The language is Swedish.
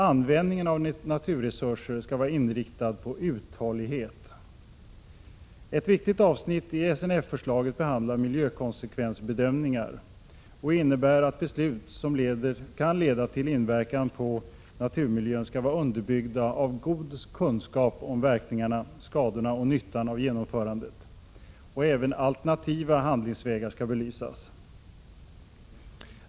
Användningen av naturresurser ska vara inriktad på uthållighet.” Ett viktigt avsnitt i SNF-förslaget behandlar miljökonsekvensbedömningar och innebär att beslut som kan leda till inverkan på naturmiljön skall vara underbyggda av god kunskap om verkningarna, skadorna och nyttan av genomförandet. Även alternativa handlingsvägar skall belysas.